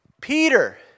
Peter